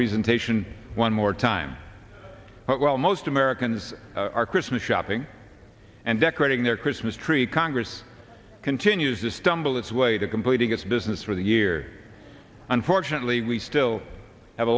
presentation one more time while most americans are christmas shopping and decorating their christmas tree congress continues to stumble its way to completing its business for the year unfortunately we still have a